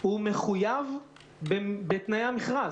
מחויב בתנאי המכרז.